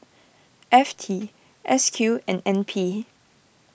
F T S Q and N P